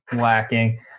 lacking